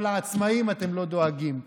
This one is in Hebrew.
אבל לעצמאים אתם לא דואגים.